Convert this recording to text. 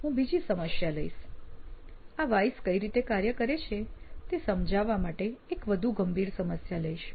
હવે હું બીજી સમસ્યા લઈશ આ વ્હાયસ કઈ રીતે કાર્ય કરે છે તે સમજાવવા માટે એક વધુ ગંભીર સમસ્યા લઈશ